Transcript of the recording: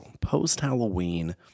Post-Halloween